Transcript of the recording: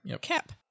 CAP